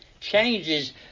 changes